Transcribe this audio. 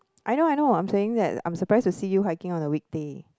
I know I know I'm surprised to see you hiking on a weekday